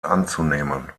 anzunehmen